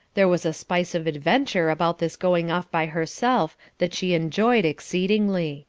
there was a spice of adventure about this going off by herself that she enjoyed exceedingly